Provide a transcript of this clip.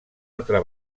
altra